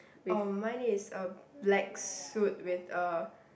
oh mine is a black suit with a